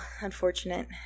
unfortunate